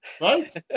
Right